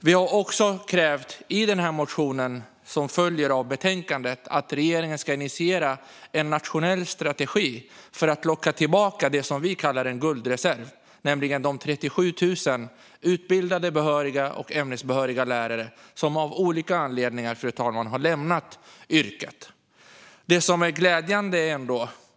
Vi har också i vår motion i betänkandet krävt att regeringen ska initiera en nationell strategi för att locka tillbaka det som vi kallar en guldreserv: de 37 000 utbildade, behöriga och ämnesbehöriga lärare som av olika anledningar har lämnat yrket, fru talman.